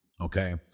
okay